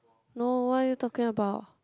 no what are you talking about